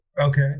Okay